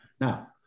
Now